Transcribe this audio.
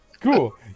Cool